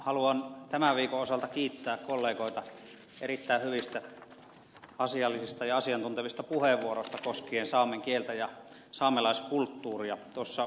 haluan tämän viikon osalta kiittää kollegoita erittäin hyvistä asiallisista ja asiantuntevista puheenvuoroista koskien saamen kieltä ja saamelaiskulttuuria